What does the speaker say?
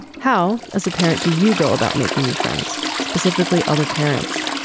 how as a parent do you go about making new friends, specifically other parents?